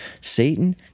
Satan